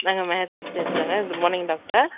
நாங்க மேகதாஜ் பேசுகிறேங்க குட் மார்னிங் டாக்டர்